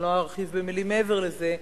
אני לא ארחיב במלים מעבר לזה,